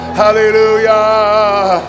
hallelujah